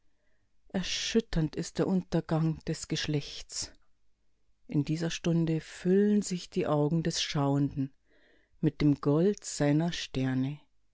erschütternd ist der untergang des geschlechts in dieser stunde füllen sich die augen des schauenden mit dem gold seiner sterne